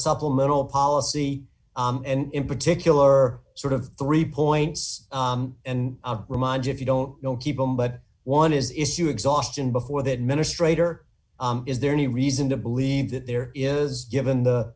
supplemental policy and in particular sort of three points and remind you if you don't know keep them but one is issue exhaustion before the administrators or is there any reason to believe that there is given the